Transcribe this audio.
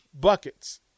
Buckets